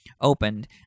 opened